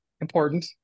important